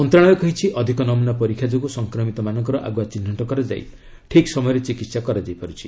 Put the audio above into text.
ମନ୍ତ୍ରଣାଳୟ କହିଛି ଅଧିକ ନମୁନା ପରୀକ୍ଷା ଯୋଗୁଁ ସଂକ୍ରମିତମାନଙ୍କର ଆଗୁଆ ଚିହ୍ନଟ କରାଯାଇ ଠିକ୍ ସମୟରେ ଚିକିତ୍ସା କରାଯାଇପାରୁଛି